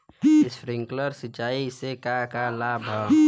Sprinkler सिंचाई से का का लाभ ह?